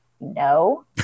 No